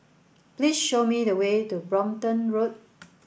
please show me the way to Brompton Road